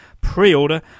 pre-order